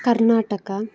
Karnataka